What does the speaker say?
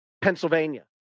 Pennsylvania